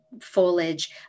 Foliage